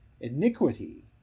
iniquity